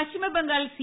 Paschim Bangal C